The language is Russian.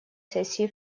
сессии